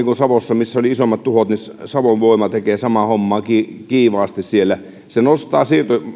kuin savossa missä oli isommat tuhot savon voima tekee samaa hommaa kiivaasti se nostaa